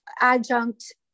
adjunct